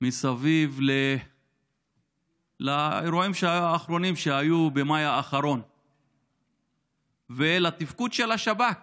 מסביב לאירועים שהיו במאי האחרון ולתפקוד של השב"כ